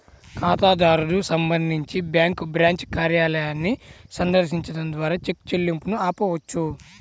ఖాతాదారుడు సంబంధించి bank branch కార్యాలయాన్ని సందర్శించడం ద్వారా చెక్ చెల్లింపును ఆపవచ్చు